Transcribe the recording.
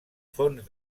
fonts